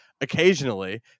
Occasionally